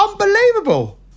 unbelievable